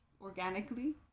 organically